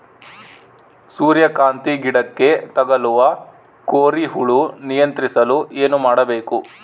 ಸೂರ್ಯಕಾಂತಿ ಗಿಡಕ್ಕೆ ತಗುಲುವ ಕೋರಿ ಹುಳು ನಿಯಂತ್ರಿಸಲು ಏನು ಮಾಡಬೇಕು?